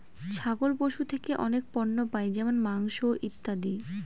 ছাগল পশু থেকে অনেক পণ্য পাই যেমন মাংস, ইত্যাদি